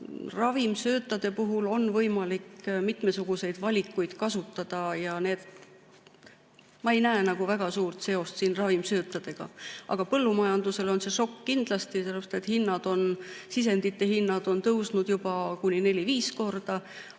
Ravimsöötade puhul on võimalik mitmesuguseid valikuid kasutada ja ma ei näe siin väga suurt seost ravimsöötadega. Aga põllumajandusele on see šokk kindlasti, sest sisendite hinnad on tõusnud juba neli‑viis korda,